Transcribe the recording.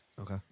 Okay